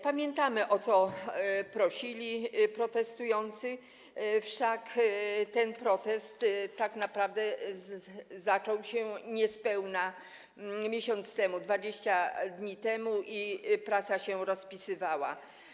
Pamiętamy, o co prosili protestujący, wszak ten protest tak naprawdę zaczął się niespełna miesiąc temu, 20 dni temu, i prasa się rozpisywała.